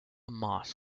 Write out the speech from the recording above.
moss